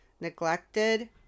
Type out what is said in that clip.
neglected